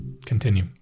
Continue